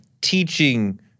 teaching